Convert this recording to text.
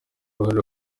uruhare